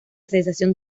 sensación